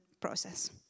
process